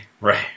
Right